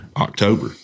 October